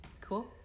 Cool